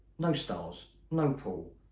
no stars, no pool,